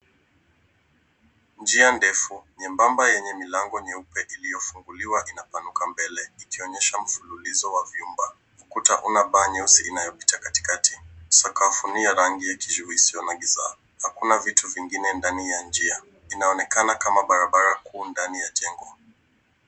Njia ndefu nyembamba yenye milango nyeupe iliyofunguliwa inapanuka mbele ikionyesha mfululizo wa vyumba. Kuta una paa nyeusi inayopita katikati. Sakafu ni ya rangi bluu iliyo giza na kuna viti vingine ndani ya njia. Inaonekana kama barabara kuu ndani ya jengo.